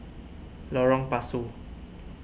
Lorong Pasu